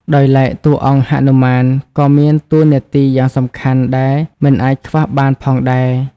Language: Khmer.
ដោយឡែកតួអង្គហនុមាន ក៏មានតួរនាទីយ៉ាងសំខាន់ដែរមិនអាចខ្វះបានផងដែរ ។